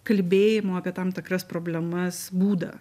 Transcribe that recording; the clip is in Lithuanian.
kalbėjimo apie tam tikras problemas būdą